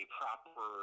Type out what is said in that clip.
proper